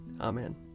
Amen